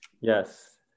yes